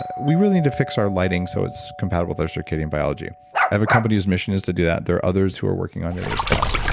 ah we really need to fix our lighting so it's compatible with circadian biology. i have a company whose mission is to do that there are others who are working on it as well.